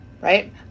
right